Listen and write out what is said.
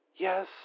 Yes